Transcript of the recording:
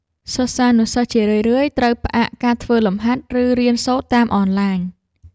សិស្សានុសិស្សជារឿយៗត្រូវផ្អាកការធ្វើលំហាត់ ឬរៀនសូត្រតាមអនឡាញ។